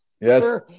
yes